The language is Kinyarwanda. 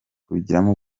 kubigiramo